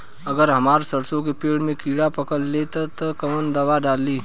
अगर हमार सरसो के पेड़ में किड़ा पकड़ ले ता तऽ कवन दावा डालि?